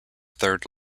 third